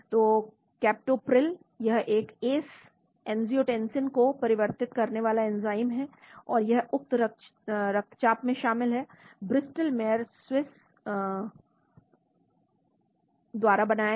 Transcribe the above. तो कैप्टोप्रिल यह एक ACE एंजियोटेंसिन को परिवर्तित करने वाला एंजाइम है और यह उच्च रक्तचाप में शामिल है ब्रिस्टल मेयर स्क्विब द्वारा बनाया गया